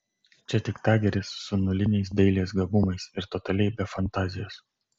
čia tik tageris su nuliniais dailės gabumais ir totaliai be fantazijos